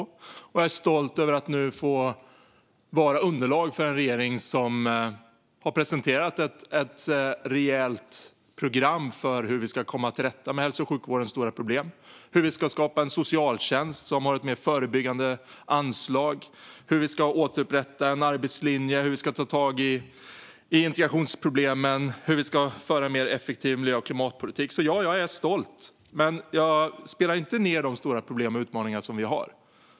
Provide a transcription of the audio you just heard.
Jag är också stolt över att nu få vara en del av underlaget för en regering som har presenterat ett rejält program för att komma till rätta med hälso och sjukvårdens stora problem, skapa en socialtjänst som har ett mer förebyggande anslag, återupprätta arbetslinjen, ta tag i integrationsproblemen och föra en mer effektiv miljö och klimatpolitik. Ja, jag är stolt, men jag spelar inte ned de stora problem och utmaningar som vi har.